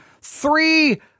three